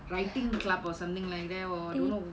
writing club or something like that don't know